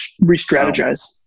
re-strategize